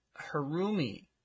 Harumi